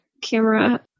camera